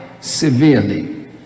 severely